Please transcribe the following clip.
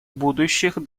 будущих